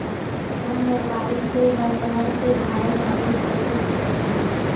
हम मोबाइल से बाजार के भाव मालूम कइसे कर सकीला?